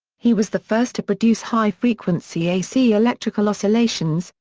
he was the first to produce high frequency ac electrical oscillations,